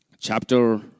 Chapter